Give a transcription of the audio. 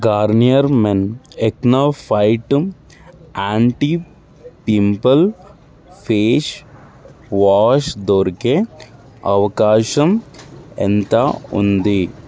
Garnier men Acnofight anti pimple face wash దొరికే అవకాశం ఎంత ఉంది